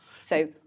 So-